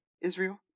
Israel